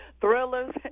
thrillers